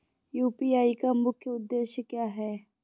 UPI का मुख्य उद्देश्य क्या है?